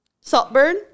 Saltburn